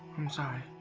i'm sorry.